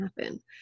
happen